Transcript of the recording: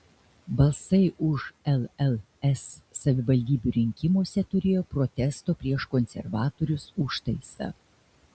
balsai už lls savivaldybių rinkimuose turėjo protesto prieš konservatorius užtaisą